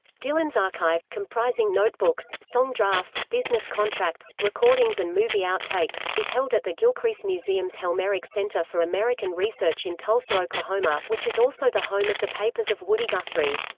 dylan's archive, comprising notebooks, song drafts, business contracts, recordings and movie out-takes, is held at the gilcrease museum's helmerich center for american research in tulsa, oklahoma, which is also the home of the papers of woody guthrie.